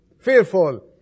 Fearful